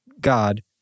God